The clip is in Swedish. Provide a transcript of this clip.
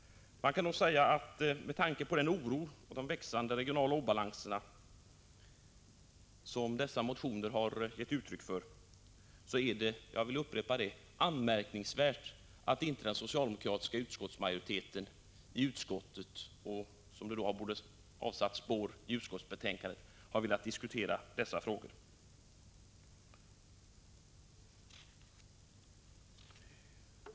Man kan nog säga att med tanke på den oro för de växande regionala obalanserna som dessa motioner har gett uttryck för är det — jag vill upprepa det — anmärkningsvärt att den socialdemokratiska utskottsmajoriteten inte har velat diskutera dessa frågor, vilket borde ha avsatt spår i utskottsbetänkandet.